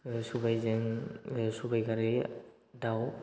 सबायजों सबाय खारै दाउ